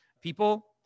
people